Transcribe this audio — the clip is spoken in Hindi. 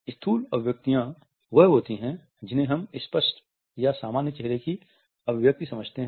स्थूल अभिव्यक्तियां वही होती हैं जिन्हें हम स्पष्ट या सामान्य चेहरे की अभिव्यक्ति समझते हैं